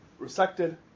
resected